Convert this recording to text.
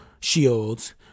shields